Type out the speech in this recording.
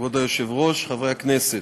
כבוד היושבת-ראש, חברי הכנסת,